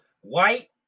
White